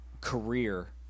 career